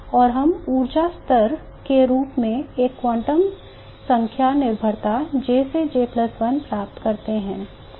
और हम ऊर्जा स्तर के रूप में एक क्वांटम संख्या निर्भरता J से J1 प्राप्त करते हैं